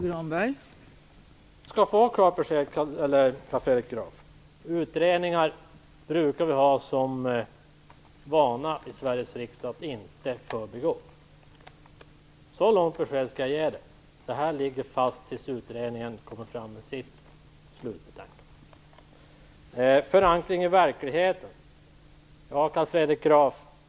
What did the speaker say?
Fru talman! Carl Fredrik Graf skall få ett klart besked. Vi brukar ha för vana i Sverige riksdag att inte förbigå utredningar. Så långt kan jag ge Carl Fredrik Graf besked. Detta ligger fast tills utredningen är färdigt med sitt slutbetänkande. Det talades om förankring i verkligheten.